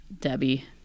Debbie